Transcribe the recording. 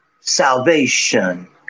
Salvation